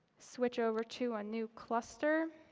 switch over to a new cluster.